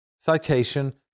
Citation